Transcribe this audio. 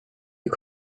you